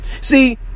See